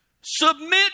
Submit